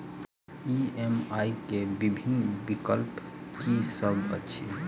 EMI केँ विभिन्न विकल्प की सब अछि